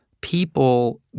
People